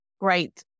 great